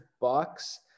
Bucks